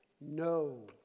No